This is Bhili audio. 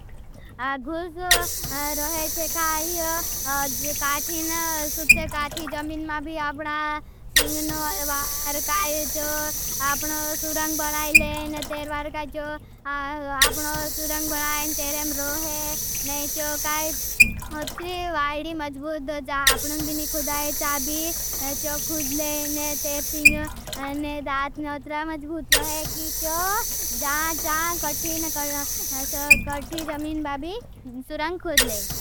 गुष रोहे चे काई काठी जमीन मा भी आपना सिंगनो वार काई चो। आपना सुरंग बनाई लें तेर वार काई चो। आपना सुरंग बनाई लें तेरें रोहे नहीं चो। काई मत्री वाईडी मजबूद जा अपनों भी नहीं खुदाई चाबी चो। काई मत्री वाईडी मजबूद जा अपनों भी नहीं खुदाई चाबी चो खुद लेने ते सीम घास खोदनो मे मजबूत रहओ। जो झा झा ऐसि काठी जमीद मा भी सुरंग खोद लेई।